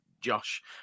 Josh